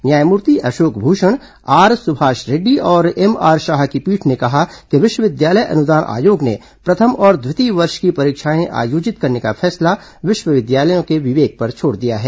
न्यायमूर्ति अशोक भूषण आर सुभाष रेड्डी और एमआर शाह की पीठ ने कहा कि विश्वविद्यालय अनुदान आयोग ने प्रथम और द्वितीय वर्ष की परीक्षाएं आयोजित करने का फैसला विश्वविद्यालयों के विवेक पर छोड़ दिया है